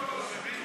כהצעת הוועדה,